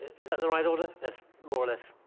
is that the right order? that's more or less.